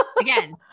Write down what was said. Again